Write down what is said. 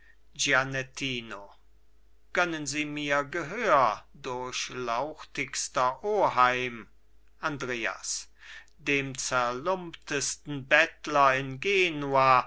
gönnen sie mir gehör durchlauchtigster oheim andreas dem zerlumptesten bettler in genua